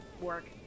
work